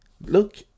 Look